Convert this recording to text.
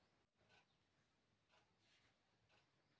సరుకుల రవాణా వలన మార్కెట్ లో అన్ని రకాల ధాన్యాలు తక్కువ ధరకే లభిస్తయ్యి